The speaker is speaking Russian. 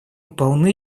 полны